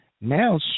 now